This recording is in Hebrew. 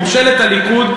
ממשלת הליכוד,